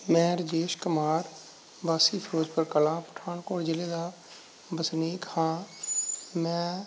ਮੈ ਰਜੇਸ਼ ਕੁਮਾਰ ਵਾਸੀ ਫਿਰੋਜ਼ਪੁਰ ਕਲਾਂ ਪਠਾਨਕੋਟ ਜ਼ਿਲ੍ਹੇ ਦਾ ਵਸਨੀਕ ਹਾਂ ਮੈਂ